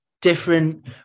different